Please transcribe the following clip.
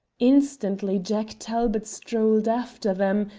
instantly jack talbot strolled after them,